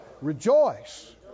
Rejoice